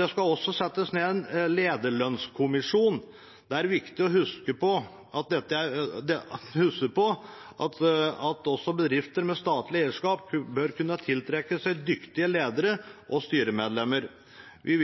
Det skal også settes ned en lederlønnskommisjon. Det er viktig å huske på at også bedrifter med statlig eierskap bør kunne tiltrekke seg dyktige ledere og styremedlemmer. Vi